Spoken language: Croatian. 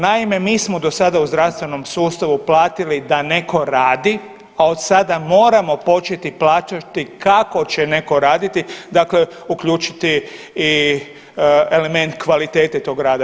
Naime, mi smo do sada u zdravstvenom sustavu platili da neko radi, a od sada moramo početi plaćati kako će neko raditi, dakle uključiti i element kvalitete tog rada.